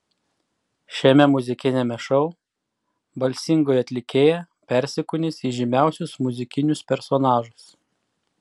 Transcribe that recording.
šiame muzikiniame šou balsingoji atlikėja persikūnys į žymiausius muzikinius personažus